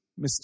Mr